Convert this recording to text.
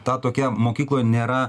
ta tokia mokykloj nėra